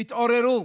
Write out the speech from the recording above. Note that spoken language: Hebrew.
תתעוררו.